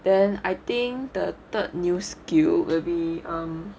then I think the third new skill will be um